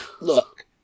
look